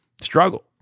struggle